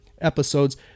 episodes